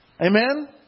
Amen